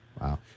Wow